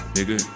Nigga